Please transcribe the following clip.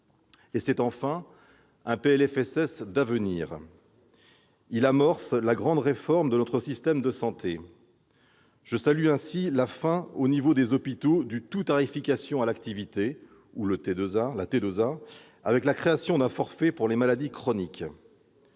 C'est enfin un PLFSS d'avenir, qui amorce la grande réforme de notre système de santé. Je salue, ainsi, la fin, dans les hôpitaux, du « tout-tarification à l'activité », la T2A, avec la création d'un forfait pour les maladies chroniques.